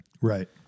Right